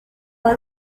was